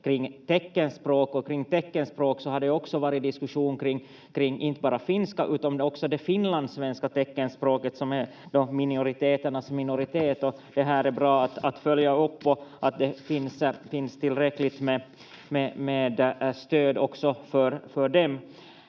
teckenspråk — och kring teckenspråk har det också varit diskussion kring inte bara det finska utan också det finlandssvenska teckenspråket som är minoriteternas minoritet. Det här är bra att följa upp, att det finns tillräckligt med stöd också för dem.